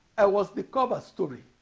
i was the cover story